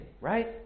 right